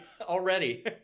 already